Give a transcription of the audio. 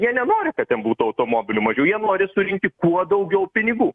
jie nenori kad ten būtų automobilių mažiau jie nori surinkti kuo daugiau pinigų